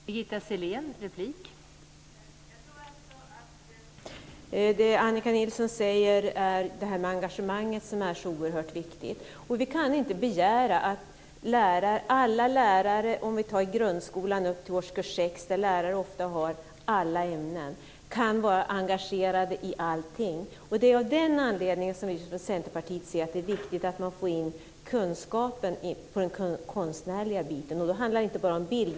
Fru talman! Jag tror att det Annika Nilsson talar om är engagemanget, som är så oerhört viktigt. Vi kan inte begära att alla lärare i grundskolan upp till årskurs 6, där lärare ofta har alla ämnen, kan vara engagerade i allting. Det är av den anledningen som vi från Centerpartiet säger att det är viktigt att man får in kunskapen i den konstnärliga biten. Det handlar inte bara om bild.